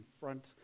front